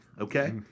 okay